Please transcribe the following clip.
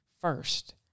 first